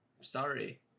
sorry